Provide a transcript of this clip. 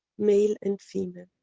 male and female.